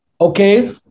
Okay